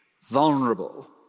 vulnerable